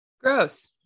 Gross